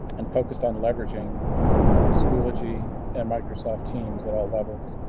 and focused on leveraging schoology and microsoft teams at all levels.